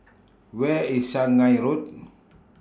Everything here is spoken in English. Where IS Shanghai Road